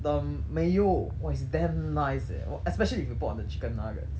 the mayo !wah! it's damn nice eh w~ especially if you put on the chicken nuggets